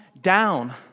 down